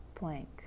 blank